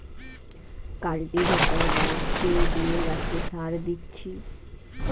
cultivator বা spray দিয়ে গাছে সার দিচ্ছি